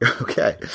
Okay